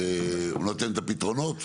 הוא נותן את הפתרונות?